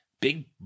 Big